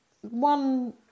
one